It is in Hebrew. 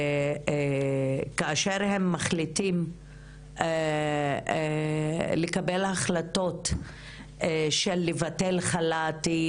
שכאשר הם מחליטים לקבל החלטות של ביטול חל"תים,